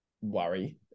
worry